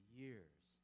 years